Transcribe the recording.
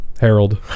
Harold